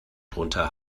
drunter